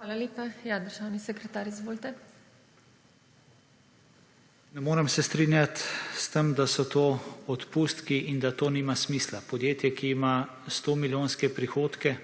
Hvala lepa. Državni sekretar, izvolite. ALEŠ MIHELIČ: Ne morem se strinjati s tem, da so to odpustki in da to nima smisla. Podjetje, ki ima sto milijonske prihodke